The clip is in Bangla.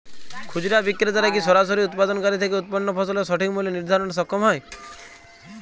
খুচরা বিক্রেতারা কী সরাসরি উৎপাদনকারী থেকে উৎপন্ন ফসলের সঠিক মূল্য নির্ধারণে সক্ষম হয়?